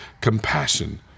compassion